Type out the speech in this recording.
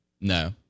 No